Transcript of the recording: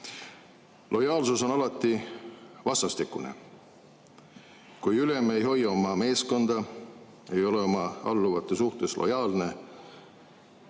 Lojaalsus on alati vastastikune. Kui ülem ei hoia oma meeskonda, ei ole oma alluvate suhtes lojaalne,